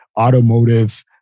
automotive